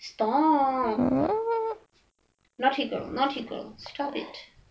stop naughty girl naughty girl stop it